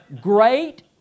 Great